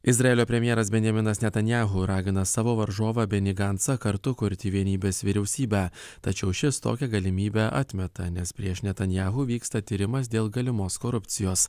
izraelio premjeras benjaminas netanyahu ragina savo varžovą benį gancą kartu kurti vienybės vyriausybę tačiau šis tokią galimybę atmeta nes prieš netanyahu vyksta tyrimas dėl galimos korupcijos